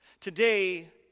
Today